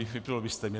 Vypnul byste mě.